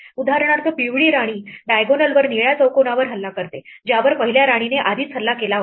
उदाहरणार्थ पिवळी राणी diagonal वर निळ्या चौकोनावर हल्ला करते ज्यावर पहिल्या राणीने आधीच हल्ला केला होता